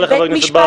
תודה לחבר הכנסת בר.